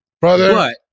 Brother